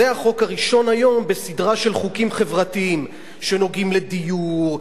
זה החוק הראשון היום בסדרה של חוקים חברתיים שנוגעים בדיור,